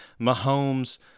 Mahomes